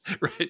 Right